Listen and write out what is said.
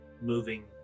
moving